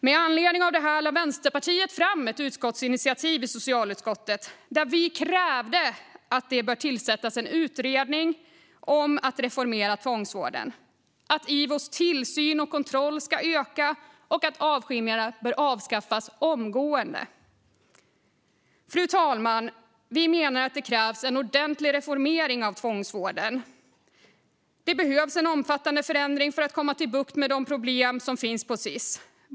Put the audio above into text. Med anledning av det lade Vänsterpartiet fram ett förslag till utskottsinitiativ i socialutskottet, där vi krävde att det skulle tillsättas en utredning om att reformera tvångsvården, att Ivos tillsyn och kontroll skulle öka och att avskiljningarna skulle avskaffas omgående. Fru talman! Vi menar att det krävs en ordentlig reformering av tvångsvården. Det behövs en omfattande förändring för att komma till rätta med de problem som finns på Sis.